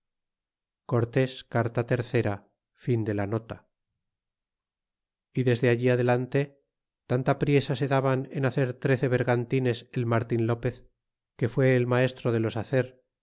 y desde allí adelante tanta priesa se daban en hacer trece vergantines el martin lopez que fué el maestro de los hacer